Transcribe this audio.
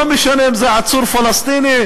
לא משנה אם זה עצור פלסטיני,